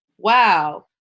Wow